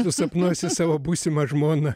susapnuosi savo būsimą žmoną